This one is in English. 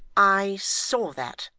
i saw that,